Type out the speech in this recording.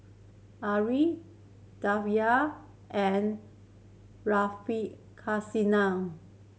Alluri and Radhakrishnan